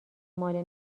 ماله